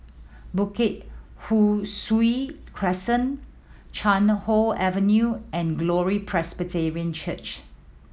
Bukit Ho Swee Crescent Chuan Hoe Avenue and Glory Presbyterian Church